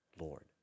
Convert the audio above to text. Lord